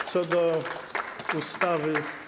A co do ustawy.